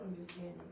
understanding